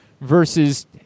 versus